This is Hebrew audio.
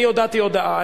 הודעתי הודעה.